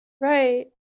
Right